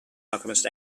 alchemist